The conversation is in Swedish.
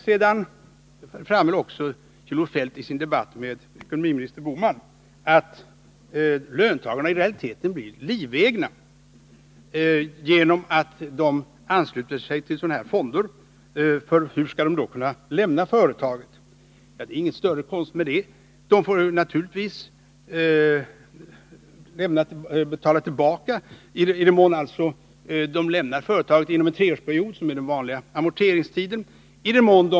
Kjell-Olof Feldt framhöll vidare i sin debatt med ekonomiminister Bohman att löntagarna i realiteten blir livegna genom att de ansluter sig till sådana här fonder, för hur skall de då kunna lämna företaget? Det är ingen större konst med det. De får naturligtvis betala tillbaka i den mån de lämnar företaget inom en treårsperiod, vilket är den vanliga amorteringstiden.